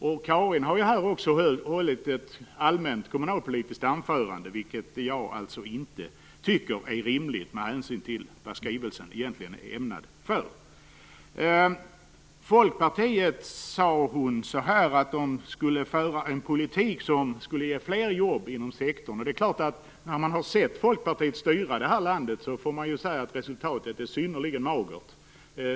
Karin Pilsäter har här också hållit ett allmänt kommunalpolitiskt anförande, vilket jag inte tycker är rimligt med hänsyn till vad skrivelsen egentligen är ämnad för. Hon sade att folkpartiet skulle föra en politik som skulle ge fler jobb inom den kommunala sektorn. Efter att ha sett hur folkpartiet har styrt detta land, får man säga att resultatet var synnerligen magert.